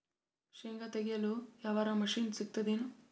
ಶೇಂಗಾ ತೆಗೆಯಲು ಯಾವರ ಮಷಿನ್ ಸಿಗತೆದೇನು?